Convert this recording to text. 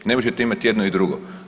Ne možete imati jedno i drugo.